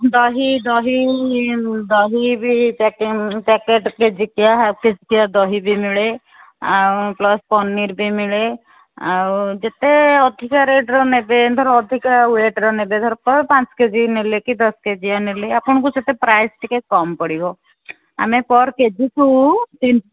ଦହି ଦହି ଦହି ବି ପ୍ୟାକିଂ ପ୍ୟାକେଟ୍ କେଜିକିଆ ହାଫ୍ କେଜିକିଆ ଦହି ବି ମିଳେ ଆଉ ପ୍ଲସ୍ ପନିର୍ ବି ମିଳେ ଆଉ ଯେତେ ଅଧିକା ରେଟର ନେବେ ଧର ଅଧିକା ୱେଟର ନେବେ ଧର ପାଞ୍ଚ କେ ଜି ନେଲେ କି ଦଶ କେଜିଆ ନେଲେ ଆପଣଙ୍କୁ ସେତେ ପ୍ରାଇସ୍ ଟିକେ କମ୍ ପଡ଼ିବ ଆମେ ପର କେଜିକୁ ତିନି